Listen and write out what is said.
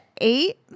eight